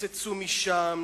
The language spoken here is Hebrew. קיצצו משם,